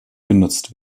genutzt